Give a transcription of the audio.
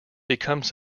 becomes